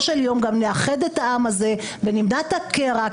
של יום גם נאחד את העם הזה ונמנע את הקרע.